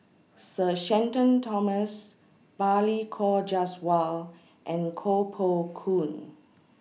Sir Shenton Thomas Balli Kaur Jaswal and Koh Poh Koon